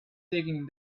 taking